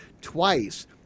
twice